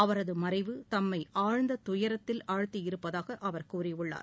அவரது மறைவு தம்மை ஆழ்ந்த துயரத்தில் ஆழ்த்தியிருப்பதாக அவர் கூறியுள்ளார்